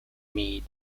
meade